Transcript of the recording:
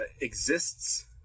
Exists